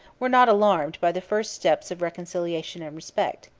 were not alarmed by the first steps of reconciliation and respect.